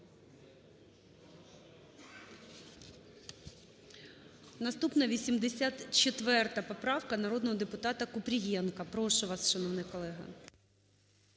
Наступна 84 поправка народного депутатаКупрієнка. Прошу вас, шановний колега.